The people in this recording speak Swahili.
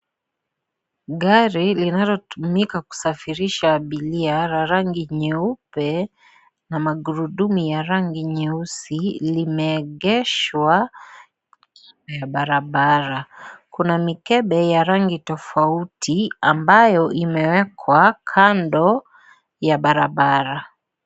Gari linalotumika kusafirisha abiria la rangi nyeupe na magurudumu ya rangi nyeusi limeegeshwa kando ya barabara. Kuna mikebe ya rangi tofauti ambayo imewekwa kando ya barabara.